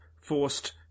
forced